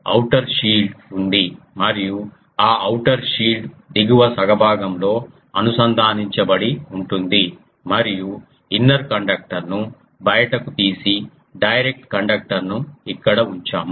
outer shield ఉంది మరియు ఆ అవుటర్ షీల్డ్ దిగువ సగ భాగంలో అనుసంధానించబడి ఉంటుంది మరియు ఇన్నర్ కండక్టర్ను బయటకు తీసి డైరెక్ట్ కండక్టర్ను ఇక్కడ ఉంచాము